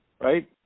right